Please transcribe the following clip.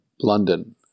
London